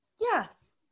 Yes